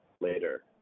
later